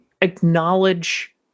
acknowledge